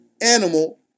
animal